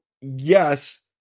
yes